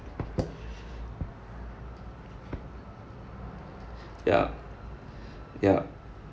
ya ya